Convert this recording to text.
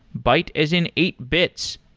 byte as in eight bytes.